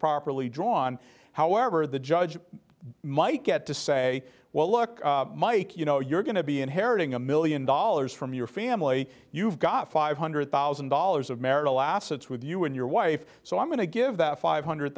properly drawn however the judge might get to say well look mike you know you're going to be inheriting a million dollars from your family you've got five hundred thousand dollars of marital assets with you and your wife so i'm going to give that five hundred